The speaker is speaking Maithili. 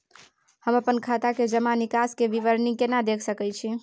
हम अपन खाता के जमा निकास के विवरणी केना देख सकै छी?